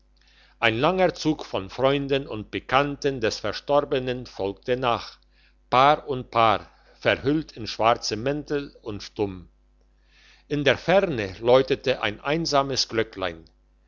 ein langer zug von freunden und bekannten des verstorbenen folgte nach paar und paar verhüllt in schwarze mäntel und stumm in der ferne läutete ein einsames glöcklein